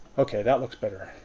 okay, that looks better.